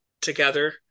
together